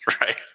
Right